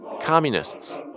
communists